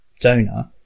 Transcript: donor